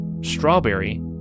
strawberry